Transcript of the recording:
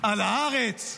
על הארץ.